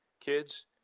kids